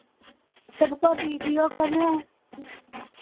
सबका वीडियो करना है